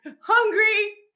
hungry